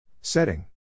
Setting